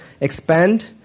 expand